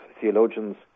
theologians